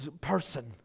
person